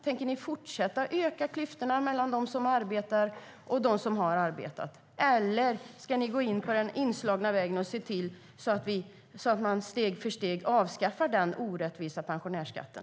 Tänker ni fortsätta att öka klyftorna mellan de som arbetar och de som har arbetat? Eller ska ni se till att ni steg för steg avskaffar den orättvisa pensionärsskatten?